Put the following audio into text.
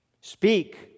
Speak